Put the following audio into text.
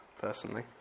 personally